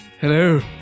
Hello